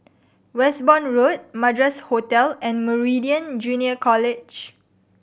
Westbourne Road Madras Hotel and Meridian Junior College